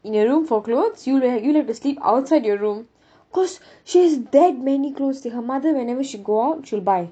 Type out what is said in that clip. in your room for clothes you'll ha~ you'll have to sleep outside your room because she has that many clothes dey her mother whenever she go out she'll buy